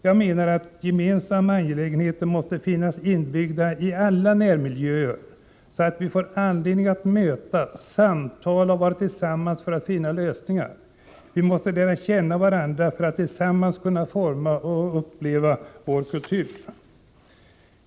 Jag menar att gemensamma angelägenheter måste finnas inbyggda i alla närmiljöer, så att vi får anledning att mötas, samtala och tillsammans finna lösningar. Vi måste lära känna varandra för att tillsammans kunna forma och uppleva kultur.